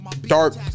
dark